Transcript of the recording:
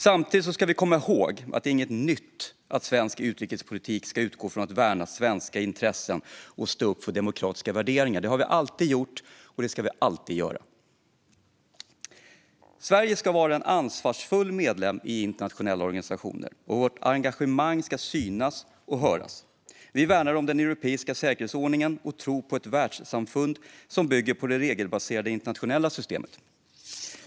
Samtidigt ska vi komma ihåg att det inte är något nytt att svensk utrikespolitik ska utgå från att värna svenska intressen och stå upp för demokratiska värderingar. Det har vi alltid gjort, och det ska vi alltid göra. Sverige ska vara en ansvarsfull medlem i internationella organisationer. Vårt engagemang ska synas och höras. Vi värnar om den europeiska säkerhetsordningen och tror på ett världssamfund som bygger på det regelbaserade internationella systemet.